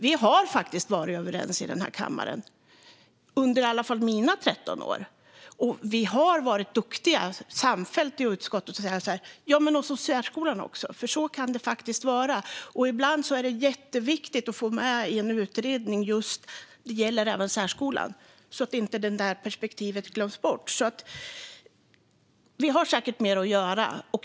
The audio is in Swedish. Vi har varit överens i kammaren under i alla fall mina 13 år, och vi har varit duktiga i utskottet med att tänka på särskolan. Så kan det faktiskt vara. Ibland är det jätteviktigt att få med i en utredning att den även gäller just särskolan, så att det perspektivet inte glöms bort. Det finns säkert mer att göra.